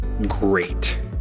great